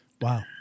Wow